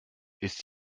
ist